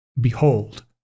Behold